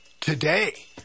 today